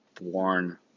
born